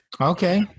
Okay